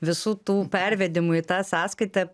visų tų pervedimų į tą sąskaitą